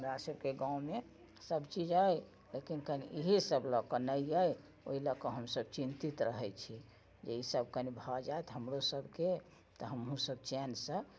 हमरा सबके गाँवमे सब चीज अइ लेकिन कनी इहे सब लअ कऽ नहि अइ ओइ लअके हमसब चिन्तित रहै छी जे ई सब कनी भऽ जाइत हमरो सबके तऽ हमहुँ सब चैनसँ